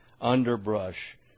underbrush